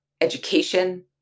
education